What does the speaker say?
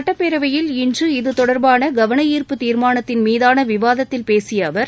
சட்டப்பேரவையில் இன்று இது தொடர்பான கவனார்ப்பு தீர்மானத்தின் மீதான விவாதத்தில் பேசிய அவர்